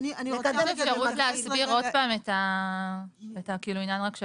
יש אפשרות להסביר עוד פעם את העניין של הכפל?